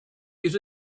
use